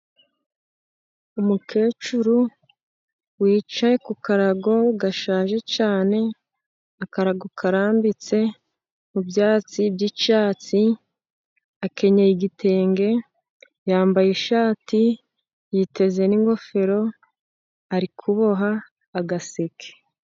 Umukecuru wicaye ku karago gashaje cyane, akarago karambitse mu byatsi byi'icyatsi, akenyeye igitenge, yambaye ishati yiteze n'ingofero, ari kuboha agaseke.